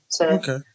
Okay